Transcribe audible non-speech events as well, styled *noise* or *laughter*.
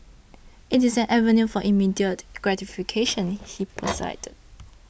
it is an avenue for immediate gratification he *noise* posited